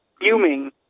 fuming